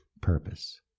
purpose